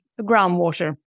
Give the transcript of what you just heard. groundwater